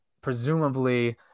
presumably